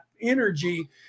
energy